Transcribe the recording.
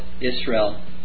Israel